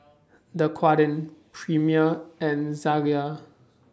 Dequadin Premier and Zalia